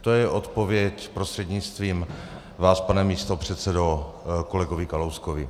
To je odpověď prostřednictvím vás, pane místopředsedo, kolegovi Kalouskovi.